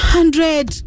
Hundred